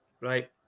right